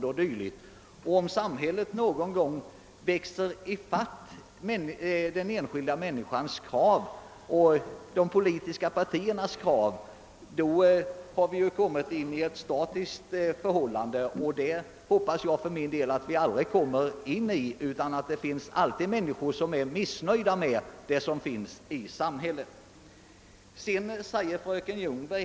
Om samhället någon gång hinner ifatt den enskilda människans och de politiska partiernas krav, har vi råkat in i ett statiskt förhållande, och det hoppas jag för min del att vi aldrig gör. Det kommer alltid att finnas människor som är missnöjda med de resurser samhället kan erbjuda.